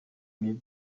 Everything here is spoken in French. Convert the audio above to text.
mille